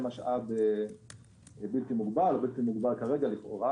שהם משאב בלתי-מוגבל כרגע לכאורה